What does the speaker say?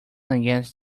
against